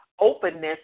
openness